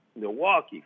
Milwaukee